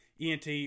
ENT